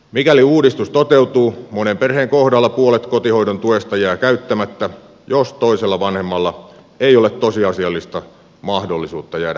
mikäli uudistus toteutuu monen perheen kohdalla puolet kotihoidon tuesta jää käyttämättä jos toisella vanhemmalla ei ole tosiasiallista mahdollisuutta jäädä kotiin